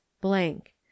blank